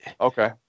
Okay